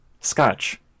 Scotch